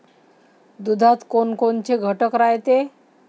दुधात कोनकोनचे घटक रायते?